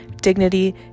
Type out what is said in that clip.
dignity